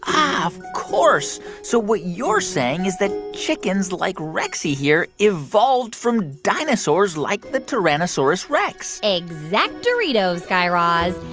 um of course. so what you're saying is that chickens like rexy here evolved from dinosaurs like the tyrannosaurus rex exact-oritos, guy raz.